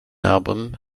album